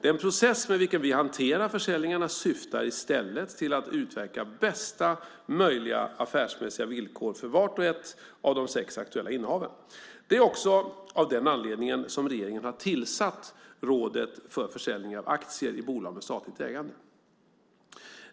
Den process med vilken vi hanterar försäljningarna syftar i stället till att utverka bästa möjliga affärsmässiga villkor för vart och ett av de sex aktuella innehaven. Det är också av den anledningen som regeringen har tillsatt Rådet för försäljning av aktier i bolag med statligt ägande.